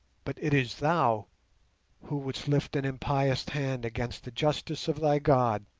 but it is thou who wouldst lift an impious hand against the justice of thy god.